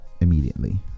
immediately